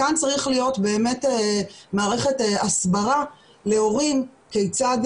כאן צריכה להיות מערכת הסברה להורים כיצד